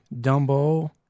Dumbo